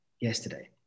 yesterday